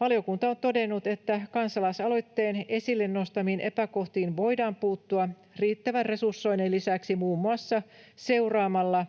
Valiokunta on todennut, että kansalaisaloitteen esille nostamiin epäkohtiin voidaan puuttua riittävän resursoinnin lisäksi muun muassa seuraamalla